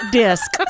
disc